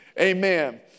Amen